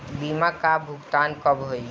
बीमा का भुगतान कब होइ?